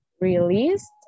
released